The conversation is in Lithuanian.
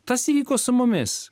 tas įvyko su mumis